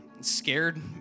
scared